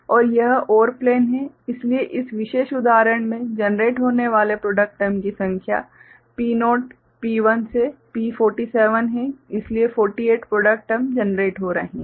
और यह OR plane है इसलिए इस विशेष उदाहरण में जनरेट होने वाले प्रॉडक्ट टर्म की संख्या P0 P1 से P47 है इसलिए 48 प्रॉडक्ट टर्म जनरेट हो रहे हैं